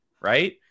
Right